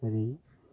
ओरै